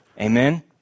Amen